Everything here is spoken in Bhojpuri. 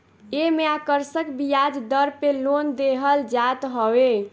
एमे आकर्षक बियाज दर पे लोन देहल जात हवे